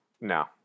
No